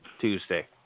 Tuesday